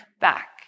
back